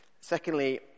Secondly